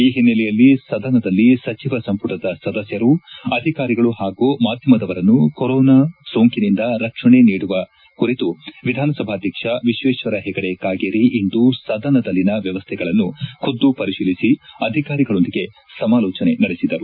ಈ ಹಿನ್ನೆಲೆಯಲ್ಲಿ ಸದನದಲ್ಲಿ ಸಚಿವ ಸಂಪುಟದ ಸದಸ್ದರು ಅಧಿಕಾರಿಗಳು ಹಾಗೂ ಮಾಧ್ಯಮದವರನ್ನು ಕೊರೋನಾ ಸೋಂಕಿನಿಂದ ರಕ್ಷಣೆ ನೀಡುವ ಕುರಿತು ವಿಧಾನಸಭಾಧಕ್ಷ ವಿಶ್ವೇಶ್ವರ ಹೆಗಡೆ ಕಾಗೇರಿ ಇಂದು ಸದನದಲ್ಲಿನ ವ್ಯವಸ್ಥೆಗಳನ್ನು ಖುದ್ದು ಪರಿಷೀಲಿಸಿ ಅಧಿಕಾರಿಗಳೊಂದಿಗೆ ಸಮಾಲೋಜನೆ ನಡೆಸಿದರು